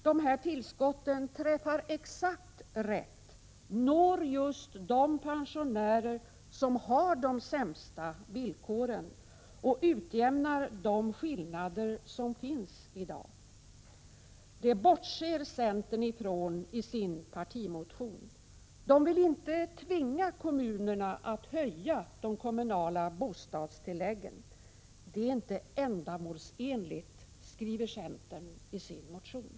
Dessa tillskott träffar exakt rätt, når just de pensionärer som har de sämsta villkoren och utjämnar de skillnader som finns i dag. Detta bortser centern ifrån i sin partimotion. Man vill inte tvinga kommunerna att höja de kommunala bostadstilläggen. Det är inte ändamålsenligt, skriver centern i sin motion.